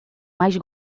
mais